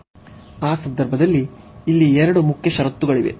ಆ ಸಂದರ್ಭದಲ್ಲಿ ಇಲ್ಲಿ ಎರಡು ಮುಖ್ಯ ಷರತ್ತುಗಳಿವೆ